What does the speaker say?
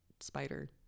spider